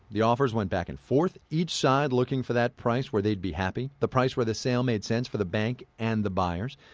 the offers went back and forth, each side looking for that price where they'd be happy the price where the sale made sense for the bank and the buyers.